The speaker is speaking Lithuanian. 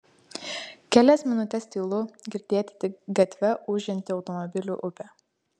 kelias minutes tylu girdėti tik gatve ūžianti automobilių upė